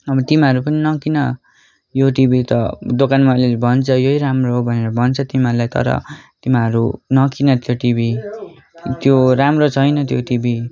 अब तिमीहरू पनि नकिन यो टिभी त दोकानमा भन्छ यो नै राम्रो हो भनेर भन्छ तिमीहरूलाई तर तिमीहरू नकिन त्यो टिभी त्यो राम्रो छैन त्यो टिभी